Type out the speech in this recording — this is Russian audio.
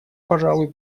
пожалуй